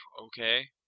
okay